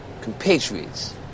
compatriots